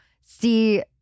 see